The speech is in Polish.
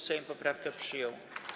Sejm poprawkę przyjął.